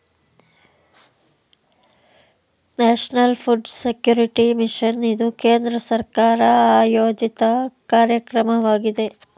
national food security mission ಇದು ಕೇಂದ್ರ ಸರ್ಕಾರ ಆಯೋಜಿತ ಕಾರ್ಯಕ್ರಮವಾಗಿದೆ